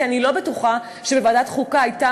כי אני לא בטוחה שבוועדת חוקה הייתה